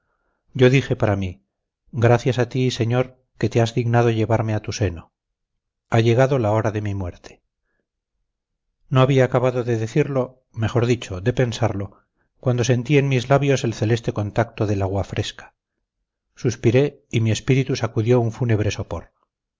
yo dije para mí gracias a ti señor que te has dignado llevarme a tu seno ha llegado la hora de mi muerte no había acabado de decirlo mejor dicho de pensarlo cuando sentí en mis labios el celeste contacto del agua fresca suspiré y mi espíritu sacudió su fúnebre sopor